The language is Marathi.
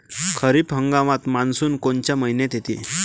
खरीप हंगामात मान्सून कोनच्या मइन्यात येते?